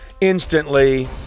Instantly